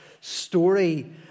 story